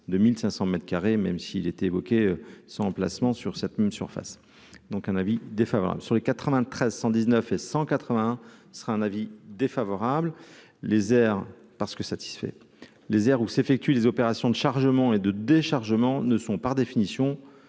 carrés, même si il était évoqué son emplacement sur cette même surface donc un avis défavorable sur les 93 119 et 181 ce sera un avis défavorable, les airs parce que satisfait désert où s'effectuent les opérations de chargement et de déchargement ne sont par définition